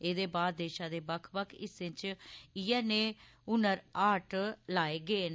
एहदे बाद देशा दे बक्ख बक्ख हिस्सें च इयै नेह हुनर हाट लाए गे न